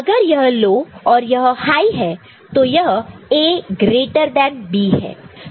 अगर यह लो है और यह हाइ है तो यह A ग्रेटर देन B है